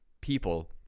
people